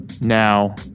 Now